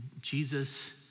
Jesus